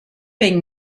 been